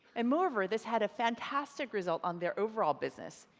and moreover this had a fantastic result on their overall business.